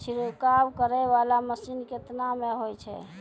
छिड़काव करै वाला मसीन केतना मे होय छै?